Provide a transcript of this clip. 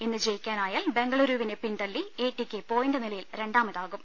ഇന്ന് ജയിക്കാനായാൽ ബംഗളുരുവ്വിനെ പിൻതള്ളി എടികെ പോയിന്റ് നിലയിൽ രണ്ടാമതാകും